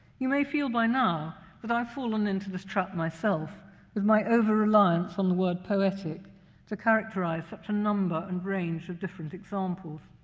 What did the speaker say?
you may feel by now that i've fallen into this trap myself with my overreliance on the word poetic to characterize such a number and range of different examples.